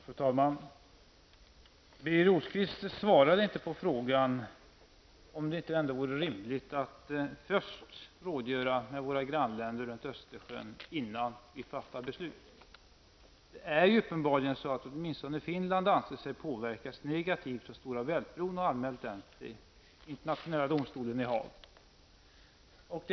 Fru talman! Birger Rosqvist svarade inte på frågan om det inte ändå vore rimligt att först rådgöra med våra grannländer kring Östersjön innan vi fattar beslut. Uppenbarligen anser man åtminstone i Finland att Stora Bält-bron har en negativ påverkan, och man har anmält den till internationella domstolen i Haag.